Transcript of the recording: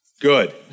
Good